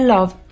Love